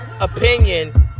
opinion